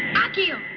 akio